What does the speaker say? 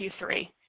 Q3